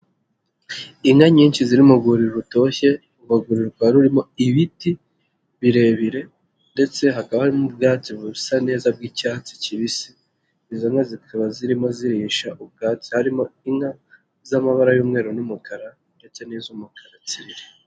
Inka nyinshi ziri mu rwuri rutoshye, urwo rwuri rukaba rurimo ibiti birebire ndetse hakaba hari n'ubwatsi busa neza bw'icyatsi kibisi, izo nka zikaba zirimo zirisha ubwatsi harimo inka z'amabara y'umweru n'umukara ndetse n'iz'umukara tsiri.